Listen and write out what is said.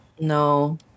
No